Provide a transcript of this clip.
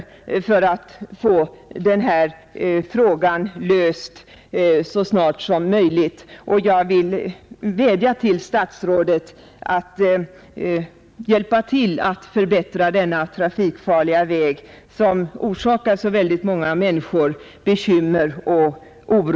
Efter den trafikolycka som nu senast har inträffat vill man ha frågan löst så snart som möjligt.